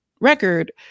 record